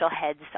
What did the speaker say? heads